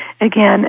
Again